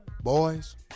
boys